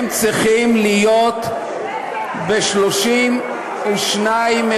הם צריכים להיות ב-32 מקומות.